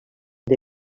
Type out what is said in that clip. del